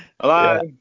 Hello